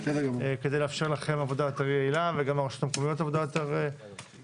כדי לאפשר לכם עבודה יותר יעילה וגם לרשויות המקומיות עבודה יותר טובה,